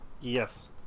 Yes